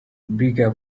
big